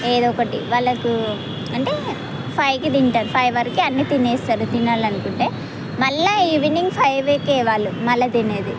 ఏదో ఒకటి వాళ్ళకు అంటే ఫైవ్కి తింటారు ఫైవ్ వరకు అన్నీ తినేస్తారు తినాలి అనుకుంటే మళ్ళా ఈవెనింగ్ ఫైవ్ కే వాళ్ళు మళ్ళా తినేది